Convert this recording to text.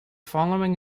following